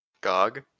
GOG